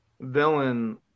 villain